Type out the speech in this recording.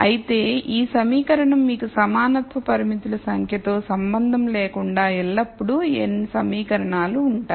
అయితే ఈ సమీకరణం మీకు సమానత్వ పరిమితుల సంఖ్యతో సంబంధం లేకుండా ఎల్లప్పుడూ n సమీకరణాలు ఉంటాయి